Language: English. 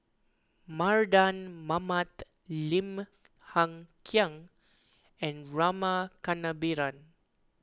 Mardan Mamat Lim Hng Kiang and Rama Kannabiran